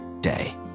day